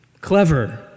clever